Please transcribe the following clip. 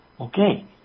Okay